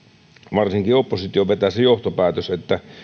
varsinkin opposition vetää se johtopäätös että